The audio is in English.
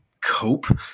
cope